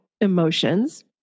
emotions